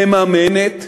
מממנת,